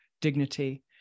dignity